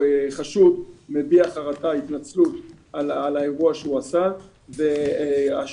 חשוד מביע חרטה והתנצלות על האירוע שהוא עשה ושירות